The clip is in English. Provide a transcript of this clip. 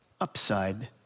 upside